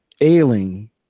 ailing